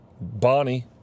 Bonnie